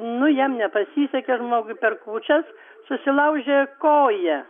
nu jam nepasisekė žmogui per kūčias susilaužė koją